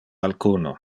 alcuno